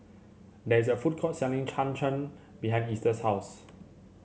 there is a food court selling Cham Cham behind Easter's house